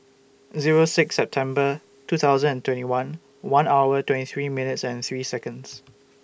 Zero six September two thousand and twenty one one hour twenty three minutes and three Seconds